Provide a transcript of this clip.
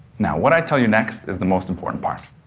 now what i tell you next is the most important part.